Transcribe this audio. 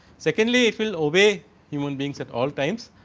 secondly, if will obey human beings at all times.